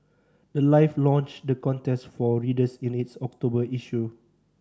the life launched the contest for readers in its October issue